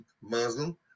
Muslim